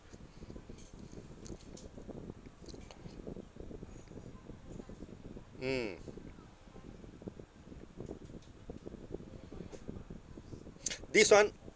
mm this one